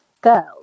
girls